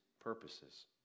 purposes